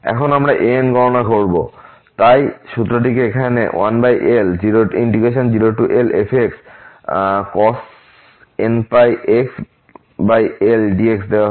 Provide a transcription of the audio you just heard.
এখন আমরা an গণনা করব তাই সূত্রটি এখানে 1l02lfxcos nπxl dx দেওয়া হয়েছে